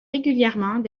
régulièrement